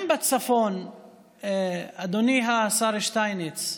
גם בצפון, אדוני השר שטייניץ,